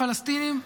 הפלסטינים,